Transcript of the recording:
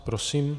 Prosím.